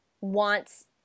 wants